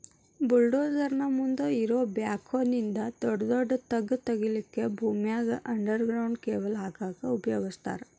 bulldozer ನ ಮುಂದ್ ಇರೋ ಬ್ಯಾಕ್ಹೊ ನಿಂದ ದೊಡದೊಡ್ಡ ತೆಗ್ಗ್ ತಗಿಲಿಕ್ಕೆ ಭೂಮ್ಯಾಗ ಅಂಡರ್ ಗ್ರೌಂಡ್ ಕೇಬಲ್ ಹಾಕಕ್ ಉಪಯೋಗಸ್ತಾರ